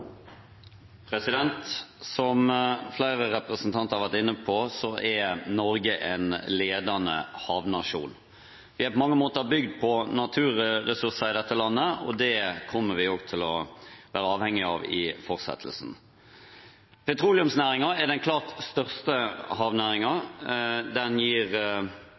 Norge en ledende havnasjon. Vi har på mange måter bygd på naturressurser i dette landet, og det kommer vi også til å være avhengig av i fortsettelsen. Petroleumsnæringen er den klart største havnæringen. Den gir